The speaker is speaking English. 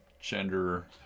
gender